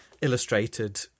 illustrated